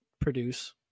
produce